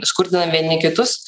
skurdinam vieni kitus